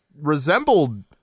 resembled